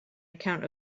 account